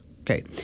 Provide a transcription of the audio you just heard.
Okay